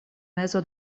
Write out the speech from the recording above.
mezo